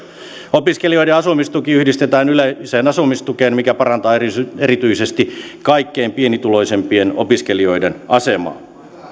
opiskelijoiden asumistuki yhdistetään yleiseen asumistukeen mikä parantaa erityisesti erityisesti kaikkein pienituloisimpien opiskelijoiden asemaa